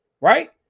Right